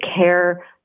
care